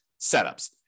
setups